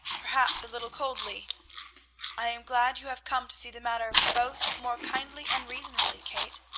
perhaps a little coldly i am glad you have come to see the matter both more kindly and reasonably, kate.